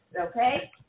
okay